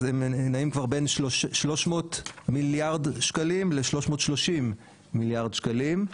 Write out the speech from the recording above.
אז נעים כבר בין 300 מיליארד שקלים ל-330 מיליארד שקלים.